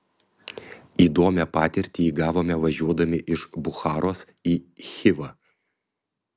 įdomią patirtį įgavome važiuodami iš bucharos į chivą